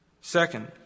Second